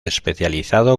especializado